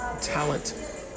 talent